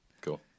cool